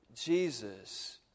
Jesus